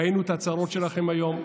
ראינו את ההצהרות שלכם היום.